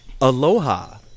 Aloha